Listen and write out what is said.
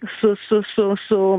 su su su su